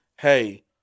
hey